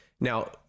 Now